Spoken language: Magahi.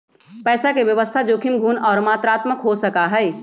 पैसा के व्यवस्था जोखिम गुण और मात्रात्मक हो सका हई